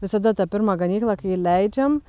visada ta pirma ganykla kai įleidžiam